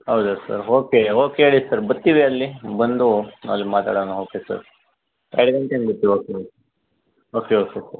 ಹೌದಾ sir okay okay ಹೇಳಿ sir ಬರ್ತೀವಿ ಅಲ್ಲಿ ಬಂದು ಅಲ್ಲಿ ಮಾತಾಡೋಣ ಓಕೆ ಸರ್ ಐದು ಗಂಟೆ ಹಂಗೆ ಬತ್ತೀವಿ ಓಕೆ ಓಕೆ ಓಕೆ ಸರ್